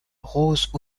roses